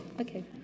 Okay